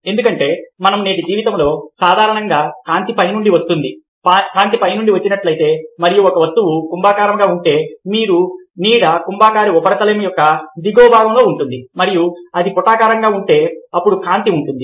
ఎందుకంటే మన నేటి జీవితంలో సాధారణంగా కాంతి పైనుండి వస్తుంది మరియు కాంతి పై నుండి వచ్చినట్లయితే మరియు ఒక వస్తువు కుంభాకారంగా ఉంటే అప్పుడు నీడ కుంభాకార ఉపరితలం యొక్క దిగువ భాగంలో ఉంటుంది మరియు అది పుటాకారంగా ఉంటే అప్పుడు కాంతి ఉంటుంది